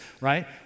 right